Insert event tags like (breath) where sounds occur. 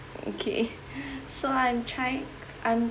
okay (breath) so I'm trying I'm